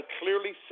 clearly